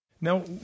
Now